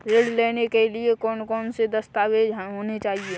ऋण लेने के लिए कौन कौन से दस्तावेज होने चाहिए?